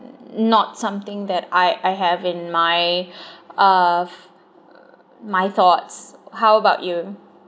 not something that I I have in my of my thoughts how about you